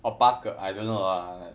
or 八个 I don't know lah